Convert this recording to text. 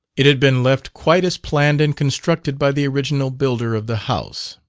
it had been left quite as planned and constructed by the original builder of the house.